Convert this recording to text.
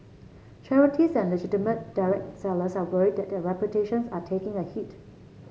charities and legitimate direct sellers are worried that their reputations are taking a hit